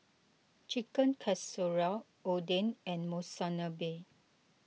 Chicken Casserole Oden and Monsunabe